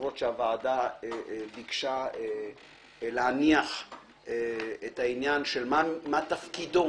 למרות שהוועדה ביקשה להניח את העניין של מה תפקידו